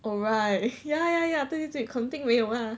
oh right ya ya ya 对对对肯定没有 lah